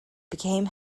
became